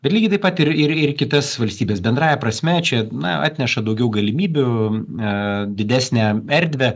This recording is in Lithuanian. lygiai taip pat ir ir kitas valstybes bendrąja prasme čia na atneša daugiau galimybių a didesnę erdvę